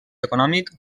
econòmic